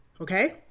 Okay